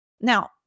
Now